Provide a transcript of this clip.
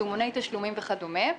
מסומני תשלומים וכדומה.